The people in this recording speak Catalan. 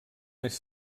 més